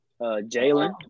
Jalen